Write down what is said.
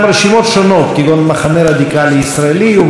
כגון מחנה רדיקלי ישראלי ומחנה של"י,